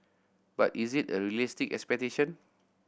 but is it a realistic expectation